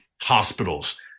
hospitals